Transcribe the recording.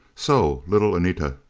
so, little anita,